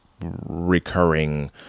recurring